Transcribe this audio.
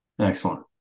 Excellent